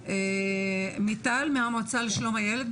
מיטל מהמועצה לשלום הילד,